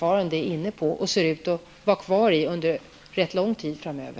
man nu är inne på och ser ut att följa under rätt lång tid framöver.